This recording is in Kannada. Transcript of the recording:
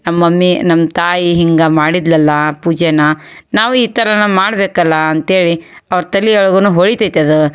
ನಮ್ಮ ಮಮ್ಮಿ ನಮ್ಮ ತಾಯಿ ಹಿಂಗೆ ಮಾಡಿದ್ಳು ಅಲ್ಲ ಆ ಪೂಜೆನ ನಾವು ಈ ಥರನೆ ಮಾಡಬೇಕಲ್ಲ ಅಂತೇಳಿ ಅವ್ರು ತಲಿ ಒಳ್ಗು ಹೊಳಿತೈತೆ ಅದು